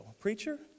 Preacher